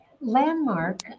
Landmark